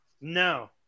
No